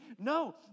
No